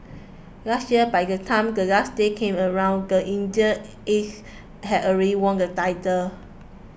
last year by the time the last day came around the Indian Aces had already won the title